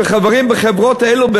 שחברים בחברות האלה,